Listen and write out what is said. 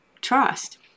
trust